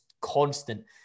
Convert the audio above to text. constant